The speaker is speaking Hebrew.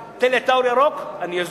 תיתן לי אור ירוק, אני אזוז.